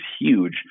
huge